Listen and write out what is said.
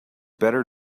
better